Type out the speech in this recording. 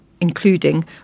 including